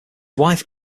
wife